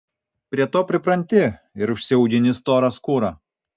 prie to pripranti ir užsiaugini storą skūrą